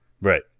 Right